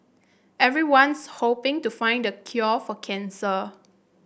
everyone's hoping to find the cure for cancer